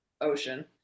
ocean